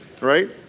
right